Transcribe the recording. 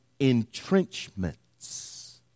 entrenchments